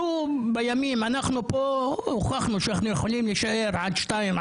אנחנו הוכחנו שאנחנו יכולים להישאר עד שתיים,